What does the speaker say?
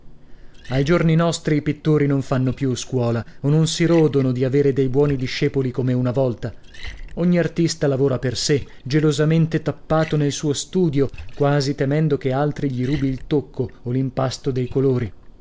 ai giorni nostri i pittori non fanno più scuola o non si rodono di avere dei buoni discepoli come una volta ogni artista lavora per sè gelosamente tappato nel suo studio quasi temendo che altri gli rubi il tocco o l'impasto dei colori